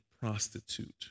prostitute